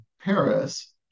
Paris